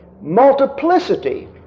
multiplicity